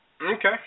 Okay